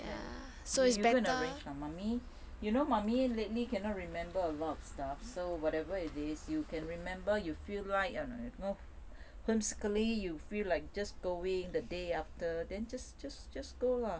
okay you go and arrange lah you know mummy lately cannot remember a lot of stuff so whatever it is you can remember you feel like err n~ whimsically you feel like just going the day after then just just just go lah